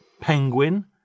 Penguin